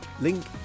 Link